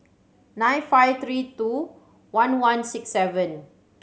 nine five three two one one six seven